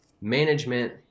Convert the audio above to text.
management